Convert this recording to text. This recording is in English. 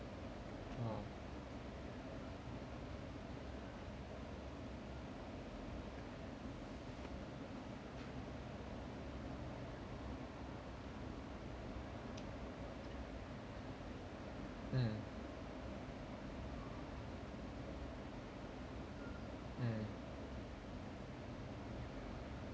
oh mm mm